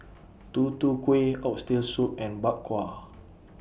Tutu Kueh Oxtail Soup and Bak Kwa